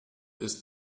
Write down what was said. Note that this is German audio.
ist